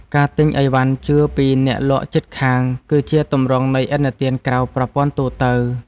ការទិញឥវ៉ាន់ជឿពីអ្នកលក់ជិតខាង គឺជាទម្រង់នៃឥណទានក្រៅប្រព័ន្ធទូទៅ។